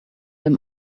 him